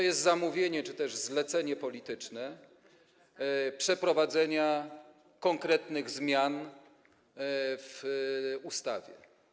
Jest zamówienie czy też zlecenie polityczne dotyczące przeprowadzenia konkretnych zmian w ustawie.